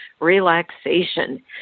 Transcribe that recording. Relaxation